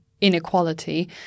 inequality